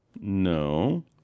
No